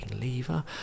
Lever